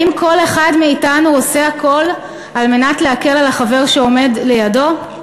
האם כל אחד מאתנו עושה הכול על מנת להקל על החבר שעומד לידו?